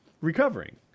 recovering